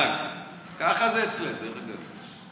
ככה זה אצלם, דרך אגב.